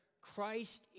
Christ